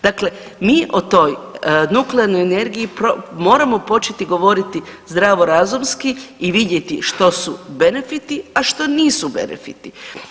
Dakle, mi o toj nuklearnoj energiji moramo početi govoriti zdravorazumski i vidjeti što su benefiti a što nisu benefiti.